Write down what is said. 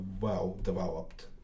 well-developed